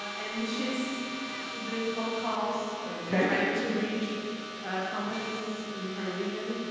and she's she's doing cold calls and trying to reach companies in her region.